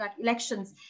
elections